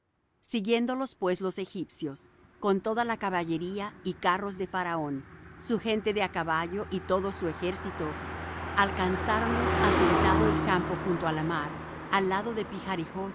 siguiéndolos pues los egipcios con toda la caballería y carros de faraón su gente de á caballo y todo su ejército alcanzáronlos asentando el campo junto á la mar al lado de